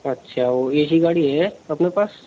अच्छा वो ऐसी गाड़ी है अपने पास